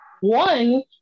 One